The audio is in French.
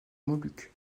moluques